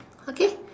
okay